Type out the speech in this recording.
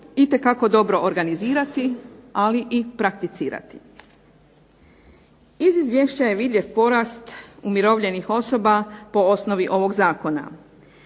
itekako dobro organizirati, ali i prakticirati. Iz izvješća je vidljiv porast umirovljenih osoba po osnovi ovog zakona.